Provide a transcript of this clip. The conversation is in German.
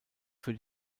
für